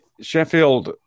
Sheffield